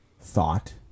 thought